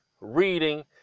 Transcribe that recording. reading